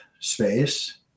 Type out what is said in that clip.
space